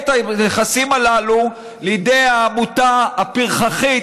את הנכסים הללו לידי העמותה הפרחחית,